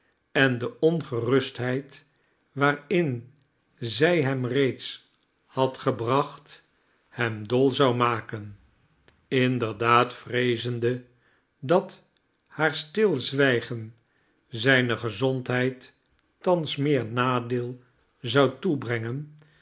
en de ongerustheid waarin zij hem reeds had gebracht hem dol zou maken inderdaad vreezende dat haar stilzwijgen zijne gezondheid thans meer nadeel zou toebrengen